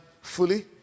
fully